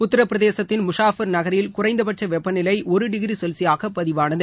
உத்தரபிரதேசத்தின் முஷாபர் நகரில் குறைந்தபட்ச வெப்பநிலை ஒரு டிகிரி செல்சியாக பதிவானது